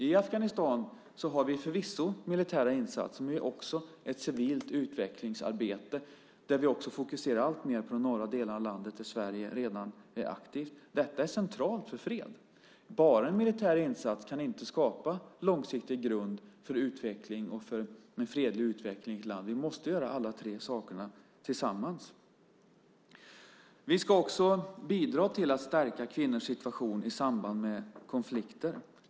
I Afghanistan har vi förvisso militära insatser, men vi har också ett civilt utvecklingsarbete där vi fokuserar alltmer på de norra delarna av landet där Sverige redan är aktivt. Detta är centralt för fred. Bara en militär insats kan inte skapa en långsiktig grund för en fredlig utveckling i landet. Vi måste göra alla tre sakerna samtidigt. Vi ska också bidra till att stärka kvinnors situation i samband med konflikter.